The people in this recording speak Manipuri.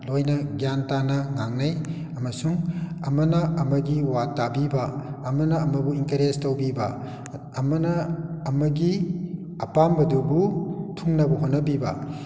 ꯂꯣꯏꯅ ꯒ꯭ꯌꯥꯟ ꯇꯥꯅ ꯉꯥꯡꯅꯩ ꯑꯃꯁꯨꯡ ꯑꯃꯅ ꯑꯃꯒꯤ ꯋꯥ ꯇꯥꯕꯤꯕ ꯑꯃꯅ ꯑꯃꯕꯨ ꯏꯟꯀꯔꯦꯖ ꯇꯧꯕꯤꯕ ꯑꯃꯅ ꯑꯃꯒꯤ ꯑꯄꯥꯝꯕꯗꯨꯕꯨ ꯊꯨꯡꯅꯕ ꯍꯣꯠꯅꯕꯤꯕ